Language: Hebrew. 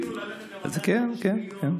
רצינו ללכת לוועדה של 30 מיליון,